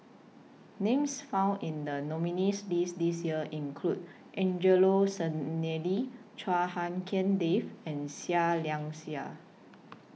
Names found in The nominees' list This Year include Angelo Sanelli Chua Hak Lien Dave and Seah Liang Seah